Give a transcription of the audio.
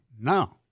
No